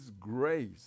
grace